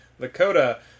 Lakota